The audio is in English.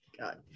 God